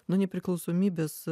nuo nepriklausomybės